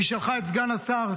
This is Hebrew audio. היא שלחה את סגן השרה,